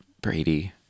Brady